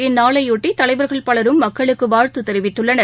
இந்நாளையொட்டிதலைவர்கள் பலரும் மக்களுக்குவாழ்த்துதெரிவித்துள்ளனர்